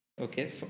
Okay